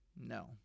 No